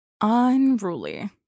Unruly